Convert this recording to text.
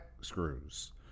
screws